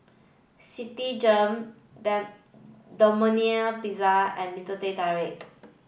Citigem Domino Pizza and Mister Teh Tarik